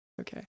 Okay